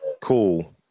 Cool